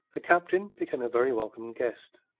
the captain became a very welcome guest.